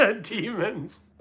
demons